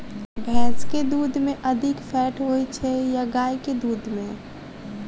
भैंस केँ दुध मे अधिक फैट होइ छैय या गाय केँ दुध में?